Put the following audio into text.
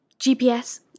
GPS